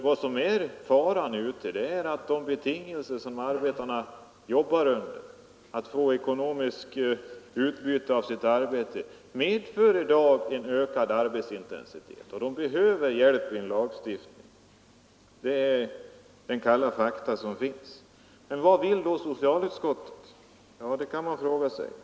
Vad som är faran ute på arbetsplatserna är att de betingelser som arbetarna jobbar under för att få ekonomiskt utbyte av sitt arbete i dag medför en ökad arbetsintensitet. De behöver hjälp genom en lagstiftning. Det är de kalla fakta som finns. Men vad vill då socialutskottet, kan man fråga sig.